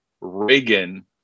Reagan